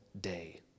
day